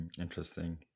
interesting